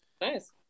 Nice